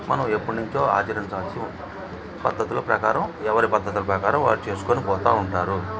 మనం ఎప్పటినుంచో ఆచరించాల్సి ఉంటుంది పద్ధతుల ప్రకారం ఎవరి పద్ధతుల ప్రకారం వారు చేసుకుని పోతూ ఉంటారు